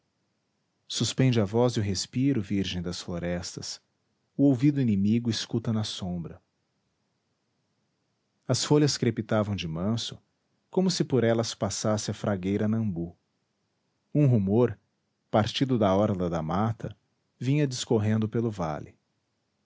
suspende a voz e o respiro virgem das florestas o ouvido inimigo escuta na sombra as folhas crepitavam de manso como se por elas passasse a fragueira nambu um rumor partido da orla da mata vinha discorrendo pelo vale